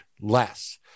less